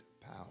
power